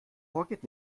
hervorgeht